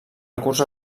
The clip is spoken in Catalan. recurs